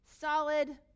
Solid